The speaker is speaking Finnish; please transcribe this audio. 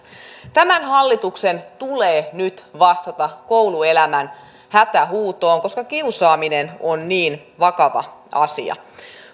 tämän hallituksen tulee nyt vastata kouluelämän hätähuutoon koska kiusaaminen on niin vakava asia